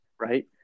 right